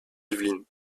yvelines